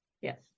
Yes